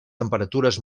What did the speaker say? temperatures